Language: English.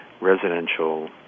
residential